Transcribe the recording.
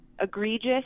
egregious